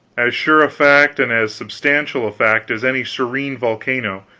as sure a fact and as substantial a fact as any serene volcano,